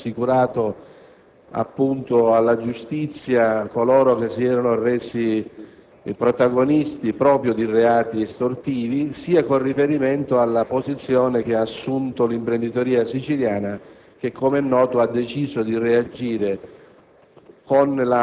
Un comportamento importante che se le istituzioni riusciranno ad estendere a 360 gradi, certamente servirà a tenere sempre più vivo il senso dell'identità nazionale e a scoprirsi tutti impegnati in una battaglia a sostegno, soprattutto, del senso dello Stato.